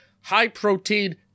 high-protein